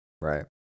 Right